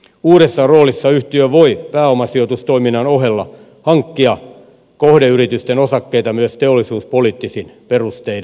uudessa roolissa yhtiö voi pääomasijoitustoiminnan ohella hankkia kohdeyritysten osakkeita myös teollisuuspoliittisten perusteiden nojalla